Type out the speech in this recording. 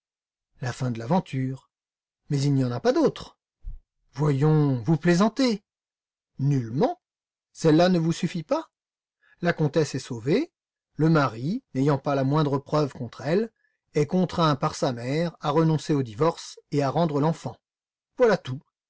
la fin de l'aventure mais il n'y en a pas d'autre voyons vous plaisantez nullement celle-là ne vous suffit pas la comtesse est sauvée le mari n'ayant pas la moindre preuve contre elle est contraint par sa mère à renoncer au divorce et à rendre l'enfant voilà tout